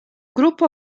gruppo